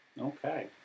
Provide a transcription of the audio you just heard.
Okay